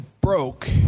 broke